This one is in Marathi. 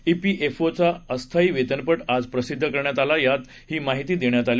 ईपीएफओचा अस्थायी वेतनप आज प्रसिद्ध करण्यात आला यात ही माहिती देण्यात आली